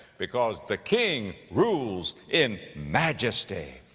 because the king rules in majesty.